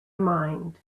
mind